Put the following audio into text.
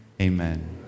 Amen